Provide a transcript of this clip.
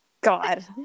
God